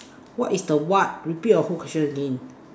what is the what repeat your whole question again